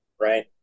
right